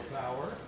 power